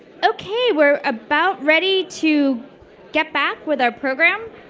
okay. we're about ready to get back with our program.